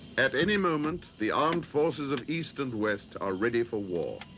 at any moment, the armed forces of east and west are ready for war.